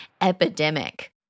epidemic